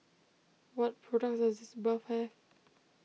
what products does Sitz Bath have